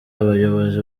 abayobozi